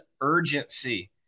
urgency